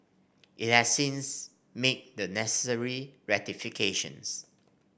it has since made the necessary rectifications